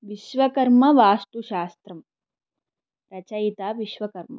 विश्वकर्मवास्तुशास्त्रं रचयिता विश्वकर्मा